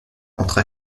entre